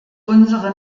unsere